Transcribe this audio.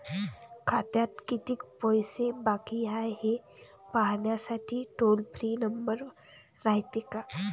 खात्यात कितीक पैसे बाकी हाय, हे पाहासाठी टोल फ्री नंबर रायते का?